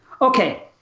okay